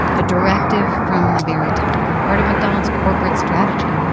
a directive from the very top, part of mcdonald's corporate strategy.